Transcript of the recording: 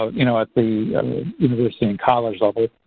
you know, at the university and college level.